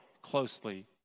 closely